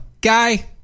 Guy